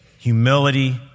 Humility